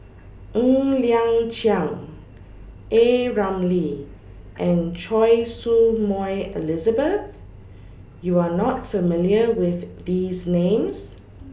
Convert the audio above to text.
Ng Liang Chiang A Ramli and Choy Su Moi Elizabeth YOU Are not familiar with These Names